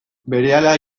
berehala